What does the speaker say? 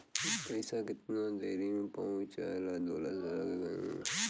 पैसा कितना देरी मे पहुंचयला दोसरा के खाता मे?